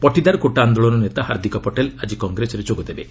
Patidar quota ଆନ୍ଦୋଳନ ନେତା ହାର୍ଦ୍ଦିକ୍ ପଟେଲ୍ ଆଜି କଂଗ୍ରେସରେ ଯୋଗ ଦେବେ